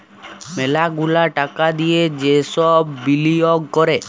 ম্যালা গুলা টাকা দিয়ে যে সব বিলিয়গ ক্যরে